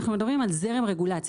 אנחנו מדברים על זרם רגולציה.